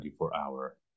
24-hour